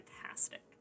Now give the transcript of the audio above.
fantastic